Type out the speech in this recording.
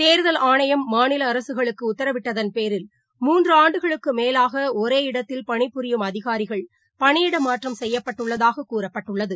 தேர்தல் ஆணையம் மாநிலஅரசுகளுக்குஉத்தரவிட்டதின் பேரில் மூன்றுஆண்டுகளுக்குமேலாகஒரே இடத்தில பனி புரியும் அதிகாரிகள் பணியிடமாற்றம் செய்யப்பட்டுள்ளதாககூறப்பட்டுள்ளது